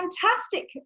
fantastic